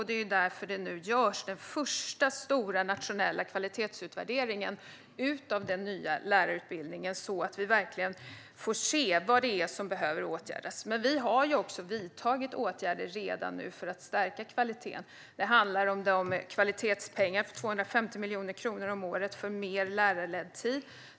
Det är därför den första stora nationella kvalitetsutvärderingen av den nya lärarutbildningen nu görs så att vi verkligen får se vad det är som behöver åtgärdas. Men vi har också vidtagit åtgärder för att stärka kvaliteten redan nu. Det handlar om kvalitetspengar, 250 miljoner kronor om året, för mer lärarledd tid.